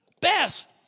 best